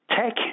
Tech